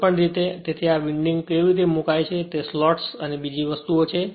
કોઈપણ રીતે તેથી આ વિન્ડિંગ કેવી રીતે મુકાય છે તે આ સ્લોટ્સ અને બીજી વસ્તુઓ છે